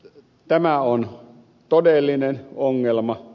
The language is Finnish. tämä on todellinen ongelma